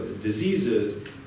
diseases